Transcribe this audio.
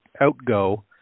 outgo